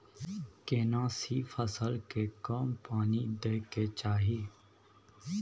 केना सी फसल के कम पानी दैय के चाही?